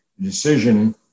decision